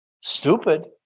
stupid